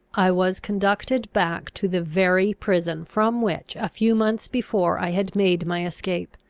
i was conducted back to the very prison from which a few months before i had made my escape.